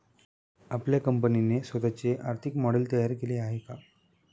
आपल्या कंपनीने स्वतःचे आर्थिक मॉडेल तयार केले आहे का?